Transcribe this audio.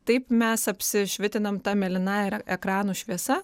taip mes apsišvitinam ta mėlynąja ir ek ekranų šviesa